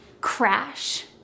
crash